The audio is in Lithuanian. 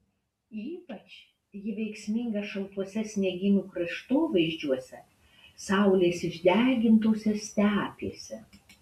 ypač ji veiksminga šaltuose sniegynų kraštovaizdžiuose saulės išdegintose stepėse